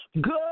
Good